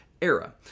era